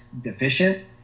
deficient